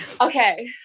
Okay